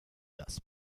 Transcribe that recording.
das